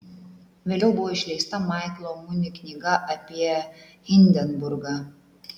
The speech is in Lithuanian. vėliau buvo išleista maiklo muni knyga apie hindenburgą